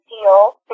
deal